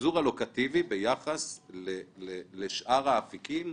ביחס לשאר האפיקים.